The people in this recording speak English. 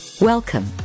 Welcome